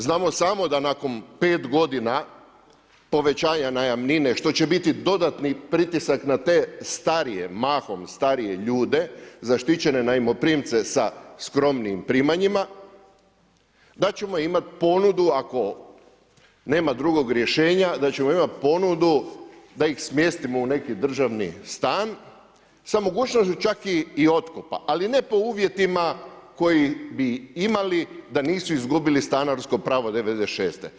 Znamo samo da nakon 5 godina povećanja najamnine, što će biti dodatni pritisak na te mahom starije ljude, zaštićene najmoprimce sa skromnijim primanjima, da ćemo inati ponudu, ako nema drugo rješenja, da ćemo imati ponudu da ih smjestimo u neki državni stan sa mogućnošću čak i otkupa, ali ne po uvjetima koji bi imali da nisu izgubili stanarsko pravo 1996.